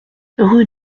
rue